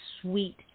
sweet